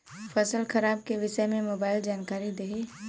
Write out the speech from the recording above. फसल खराब के विषय में मोबाइल जानकारी देही